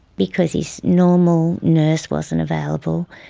because his normal nurse wasn't available,